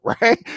right